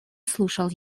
слушал